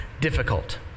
difficult